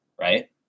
Right